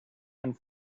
and